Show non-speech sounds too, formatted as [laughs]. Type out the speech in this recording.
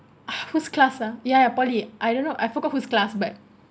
[laughs] whose class ah ya poly I don't know I forgot whose class but